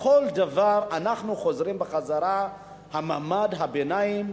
בכל דבר אנחנו חוזרים למעמד הביניים,